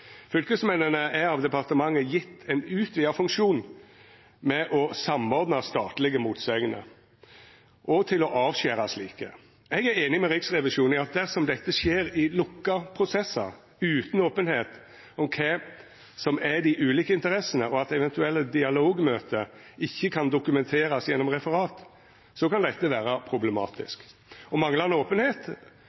Fylkesmennene er av departementet gjevne ein utvida funksjon med å samordna statlege motsegner og til å avskjera slike. Eg er einig med Riksrevisjonen i at dersom dette skjer i lukka prosessar, utan openheit om kva som er dei ulike interessene, og at eventuelle dialogmøte ikkje kan dokumenterast gjennom referat, så kan dette vera problematisk. Manglande openheit